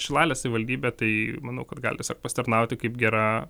šilalės savivaldybė tai manau kad gali pasitarnauti kaip gera